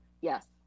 Yes